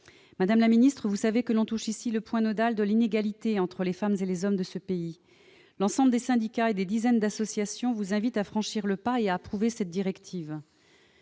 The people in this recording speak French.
Madame la ministre, vous savez que l'on touche ici au point nodal de l'inégalité entre les femmes et les hommes de ce pays. L'ensemble des syndicats et des dizaines d'associations vous invitent à franchir le pas et à approuver cette proposition